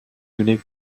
unique